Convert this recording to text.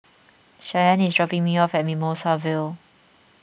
Shyanne is dropping me off at Mimosa Vale